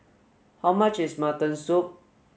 how much is mutton soup